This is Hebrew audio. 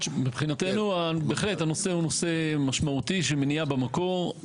מבחנתנו הנושא הוא בהחלט נושא משמעותי של מניעה במקרו.